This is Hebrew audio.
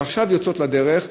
שעכשיו יוצאות לדרך,